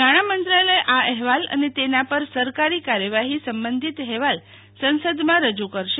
નાણામંત્રાલય આ અહેવાલ અને તેના પર સરકારી કાર્યવાહી સંબંધિત હેવાલ સંસદમાં રજૂ કરશે